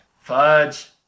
Fudge